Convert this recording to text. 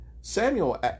Samuel